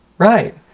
right.